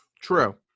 True